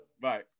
Bye